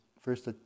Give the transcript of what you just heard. first